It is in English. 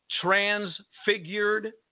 transfigured